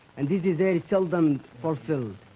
and this desire is seldom fulfilled.